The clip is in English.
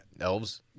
elves